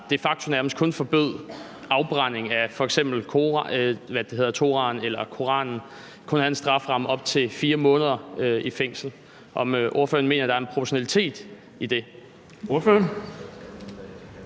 de facto nærmest kun forbød afbrænding af f.eks. Toraen eller Koranen, kun havde en strafferamme på op til 4 måneders fængsel. Mener ordføreren, at der er en proportionalitet i det?